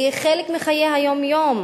היא חלק מחיי היום-יום.